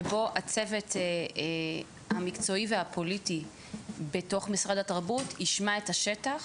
שבו הצוות המקצועי והפוליטי בתוך משרד התרבות ישמע את השטח